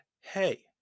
Hey